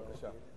בבקשה.